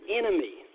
enemy